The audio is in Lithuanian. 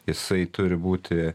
jisai turi būti